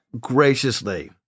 graciously